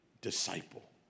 disciple